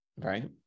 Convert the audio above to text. right